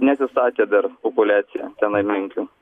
neatsistatė dar populiacija tenai menkių